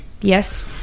Yes